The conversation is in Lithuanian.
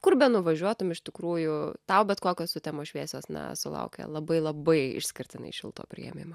kur benuvažiuotum iš tikrųjų tau bet kokios sutemos šviesios na sulaukia labai labai išskirtinai šilto priėmimo